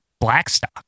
Blackstock